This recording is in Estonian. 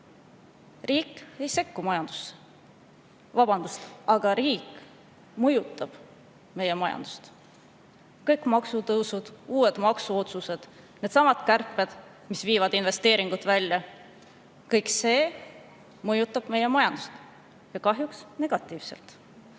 majandusse! Vabandust, aga riik mõjutab meie majandust. Kõik maksutõusud, uued maksuotsused, needsamad kärped, mis viivad investeeringuid välja – kõik see mõjutab meie majandust ja kahjuks negatiivselt.